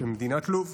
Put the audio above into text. שבמדינת לוב.